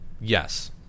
Yes